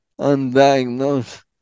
undiagnosed